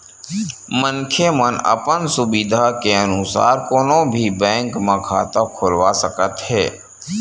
मनखे मन अपन सुबिधा के अनुसार कोनो भी बेंक म खाता खोलवा सकत हे